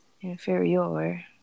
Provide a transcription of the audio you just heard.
Inferior